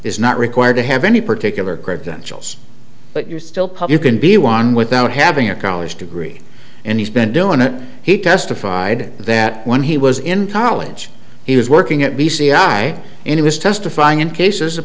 is not required to have any particular credentials but you're still pub you can be one without having a college degree and he's been doing it he testified that when he was in college he was working at d c i and he was testifying in cases of